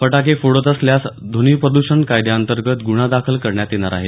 फटाके फोडत असल्यास ध्वनिप्रद्षण कायद्यांतर्गत गुन्हा दाखल करण्यात येणार आहे